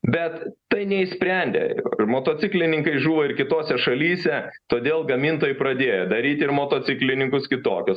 bet tai neišsprendė ir motociklininkai žuvo ir kitose šalyse todėl gamintojai pradėjo daryti ir motociklininkus kitokius